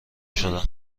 شدن